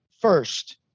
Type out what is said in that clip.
first